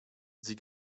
sie